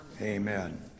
Amen